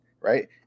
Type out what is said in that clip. right